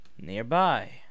nearby